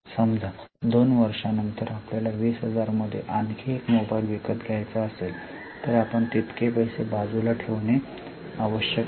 समजा 2 वर्षांनंतर आपल्याला 20000 मध्ये आणखी एक मोबाइल विकत घ्यायचा असेल तर आपण तितके पैसे बाजूला ठेवणे आवश्यक आहे